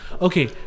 Okay